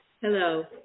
Hello